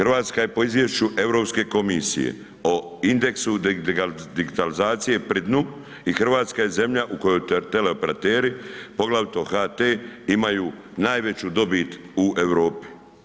RH je po izvješću Europske komisije o indeksu digitalizacije pri dnu i RH je zemlja u kojoj teleoperateri, poglavito HT imaju najveću dobit u Europi.